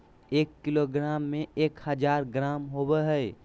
एक किलोग्राम में एक हजार ग्राम होबो हइ